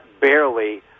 barely